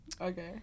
okay